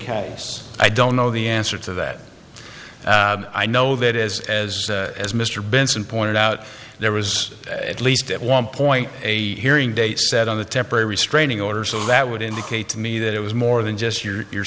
case i don't know the answer to that i know that as as as mr benson pointed out there was at least at one point a hearing date set on the temporary restraining order so that would indicate to me that it was more than just your